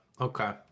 Okay